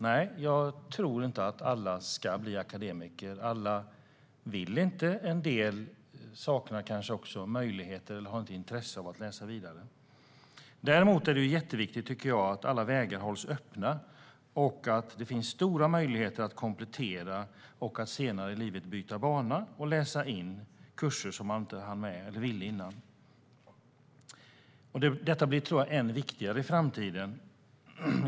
Nej, jag tror inte att alla ska bli akademiker. Alla vill inte det. En del saknar kanske möjligheter eller intresse av att läsa vidare. Däremot är det jätteviktigt, tycker jag, att alla vägar hålls öppna och att det finns stora möjligheter att komplettera och att senare i livet byta bana och läsa kurser som man inte hann med eller ville läsa tidigare. Detta tror jag blir än viktigare i framtiden.